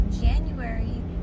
january